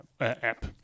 app